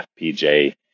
FPJ